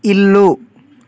ఇల్లు